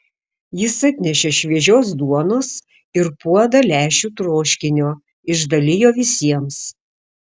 jis atnešė šviežios duonos ir puodą lęšių troškinio išdalijo visiems